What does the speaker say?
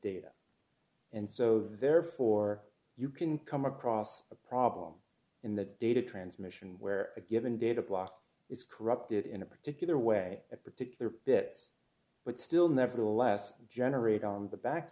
data and so therefore you can come across a problem in the data transmission where a given data block is corrupted in a particular way a particular bit but still nevertheless generated on the back